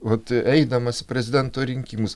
vat eidamas į prezidento rinkimus